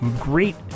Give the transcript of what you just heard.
great